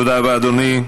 תודה רבה, אדוני.